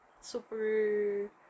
super